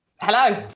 Hello